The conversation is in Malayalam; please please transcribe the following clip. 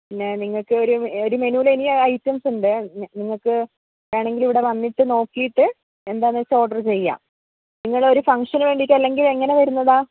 പിന്നെ നിങ്ങൾക്ക് ഒരു മെനുവിൽ ഇനിയും ഐറ്റംസ് ഉണ്ട് നിങ്ങൾക്ക് വേണമെങ്കിൽ ഇവിടെ വന്നിട്ട് നോക്കിയിട്ട് എന്താണെന്നുവെച്ചാൽ ഓർഡർ ചെയ്യാം നിങ്ങളൊരു ഫംഗ്ഷന് വേണ്ടിയിട്ട് അല്ലെങ്കിൽ എങ്ങനെ വരുന്നതാണ്